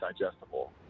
digestible